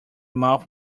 mouth